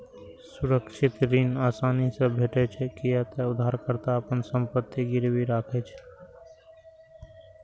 सुरक्षित ऋण आसानी से भेटै छै, कियै ते उधारकर्ता अपन संपत्ति गिरवी राखै छै